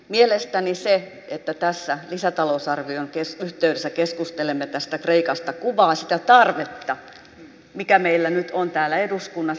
mielestäni se että tässä lisätalousarvion yhteydessä keskustelemme tästä kreikasta kuvaa sitä tarvetta mikä meillä nyt on täällä eduskunnassa